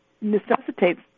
necessitates